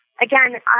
Again